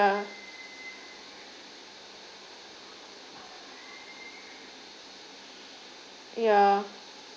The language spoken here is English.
ya ya